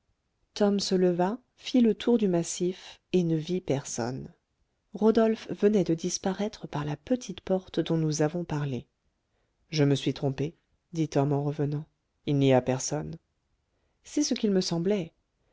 tom se leva fit le tour du massif et ne vit personne rodolphe venait de disparaître par la petite porte dont nous avons parlé je me suis trompé dit tom en revenant il n'y a personne c'est ce qu'il me semblait